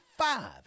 five